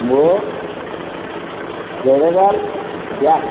ମୋ Federal bank